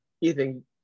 Ethan